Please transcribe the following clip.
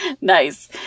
Nice